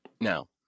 Now